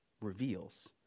reveals